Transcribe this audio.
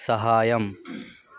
సహాయం